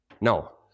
No